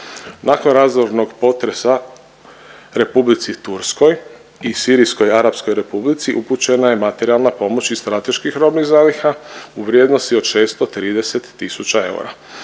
Nakon razornog potresa Republici Turskoj i Sirijskoj Arapskoj Republici upućena je materijalna pomoć iz strateških robnih zaliha u vrijednosti od 630 tisuća eura.